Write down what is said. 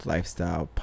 Lifestyle